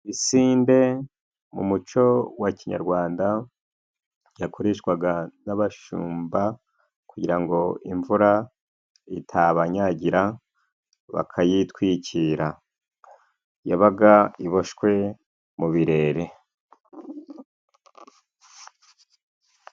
Isinde mu muco wa kinyarwanda, yakoreshwaga n'abashumba kugira ngo imvura itabanyagira, bakayitwikira. Yabaga iboshywe mu birere.